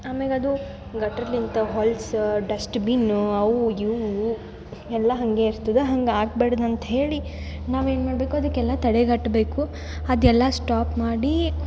ಆಮೇಗದು ಗಟ್ರಿಲಿಂತ ಹೊಲಸ dust bin ಅವು ಇವು ಎಲ್ಲ ಹಂಗೆ ಇರ್ತದ ಹಂಗೆ ಆಗಬಾಡ್ದ್ ಅಂತ್ಹೇಳಿ ನಾವೇನು ಮಾಡಬೇಕು ಅದಕ್ಕೆಲ್ಲ ತಡೆಗಟ್ಬೇಕು ಅದೆಲ್ಲ ಸ್ಟಾಪ್ ಮಾಡಿ